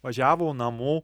važiavo namo